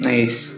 Nice